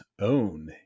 own